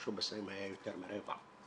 שהשתמשו בסמים היה יותר מרבע.